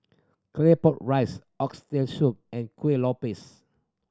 Claypot Rice Oxtail Soup and Kuih Lopes